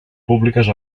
públiques